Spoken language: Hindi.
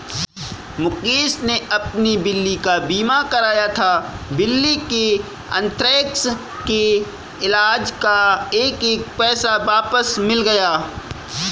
मुकेश ने अपनी बिल्ली का बीमा कराया था, बिल्ली के अन्थ्रेक्स के इलाज़ का एक एक पैसा वापस मिल गया